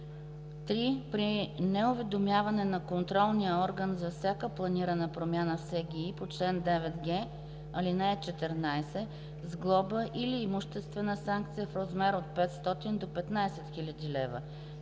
3. при неуведомяване на контролния орган за всяка планирана промяна в СГИ по чл. 9г, ал. 14 – с глоба или с имуществена санкция в размер от 500 до 15 000 лв.;